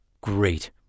Great